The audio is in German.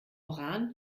rahn